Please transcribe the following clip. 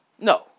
No